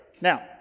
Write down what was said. Now